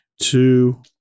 two